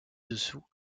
dessous